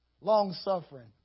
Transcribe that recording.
long-suffering